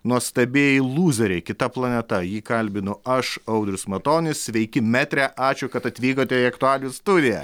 nuostabieji lūzeriai kita planeta jį kalbinu aš audrius matonis sveiki metre ačiū kad atvykote į aktualijų studiją